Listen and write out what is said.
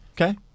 okay